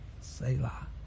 Selah